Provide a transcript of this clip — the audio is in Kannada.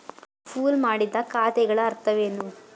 ಪೂಲ್ ಮಾಡಿದ ಖಾತೆಗಳ ಅರ್ಥವೇನು?